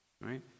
Right